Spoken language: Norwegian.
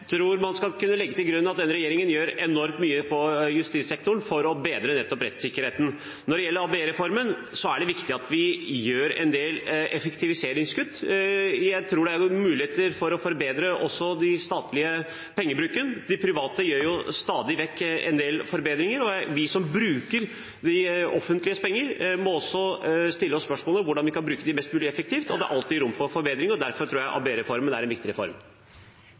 tror man skal kunne legge til grunn at denne regjeringen gjør enormt mye på justissektoren for å bedre nettopp rettssikkerheten. Når det gjelder ABE-reformen, er det viktig at vi gjør en del effektiviseringskutt. Jeg tror det er muligheter for å forbedre også den statlige pengebruken – de private gjør stadig vekk en del forbedringer. Og vi som bruker det offentliges penger, må også stille oss spørsmålet om hvordan vi kan bruke dem mest mulig effektivt, og det er alltid rom for forbedring. Derfor tror jeg ABE-reformen er en viktig reform.